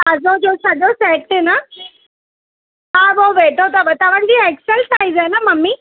palazzo जो सॼो set न हा वो वेठो अथव तव्हांजी एक्सेल साईज़ आहे न मम्मी